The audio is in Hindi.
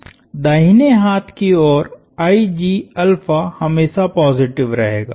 दाहिने हाथ की ओर हमेशा पॉजिटिव रहेगा